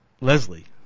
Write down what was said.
Leslie